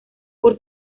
por